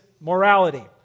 morality